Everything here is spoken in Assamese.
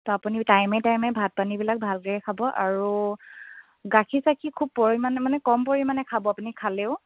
আপুনি টাইমে টাইমে ভাত পানীবিলাক ভালকে খাব আৰু গাখীৰ চাখিৰ খুব পৰিমাণে মানে কম পৰিমাণে খাব আপুনি খালেও